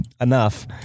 enough